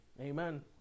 Amen